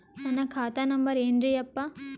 ನನ್ನ ಖಾತಾ ನಂಬರ್ ಏನ್ರೀ ಯಪ್ಪಾ?